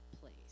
place